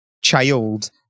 child